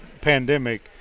pandemic